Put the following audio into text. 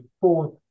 fourth